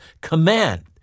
command